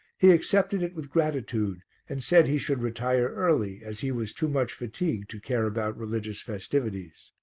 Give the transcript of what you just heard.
he accepted it with gratitude and said he should retire early as he was too much fatigued to care about religious festivities.